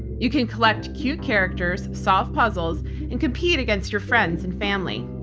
you can collect cute characters, solve puzzles and compete against your friends and family.